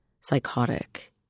psychotic